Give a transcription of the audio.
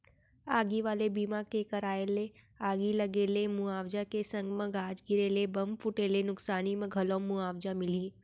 आगी वाले बीमा के कराय ले आगी लगे ले मुवाजा के संग म गाज गिरे ले, बम फूटे ले नुकसानी म घलौ मुवाजा मिलही